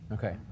Okay